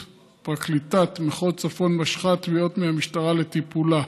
פרקליטת מחוז צפון משכה תביעות מהמשטרה לטיפולה.